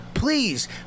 please